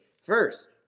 first